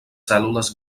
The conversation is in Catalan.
cèl·lules